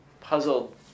puzzled